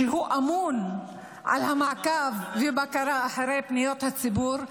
שהוא אמון על מעקב ובקרה על פניות הציבור,